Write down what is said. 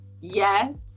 yes